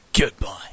Goodbye